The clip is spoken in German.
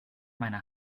meiner